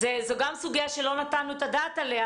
זאת גם סוגיה שלא נתנו את הדעת עליה.